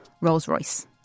Rolls-Royce